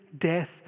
death